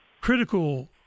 critical